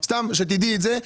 סתם שתדעי את זה.